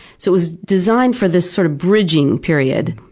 so it was designed for this sort of bridging period,